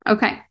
Okay